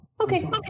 Okay